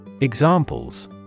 Examples